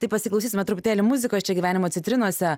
tai pasiklausysime truputėlį muzikos čia gyvenimo citrinose